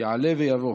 יעלה ויבוא.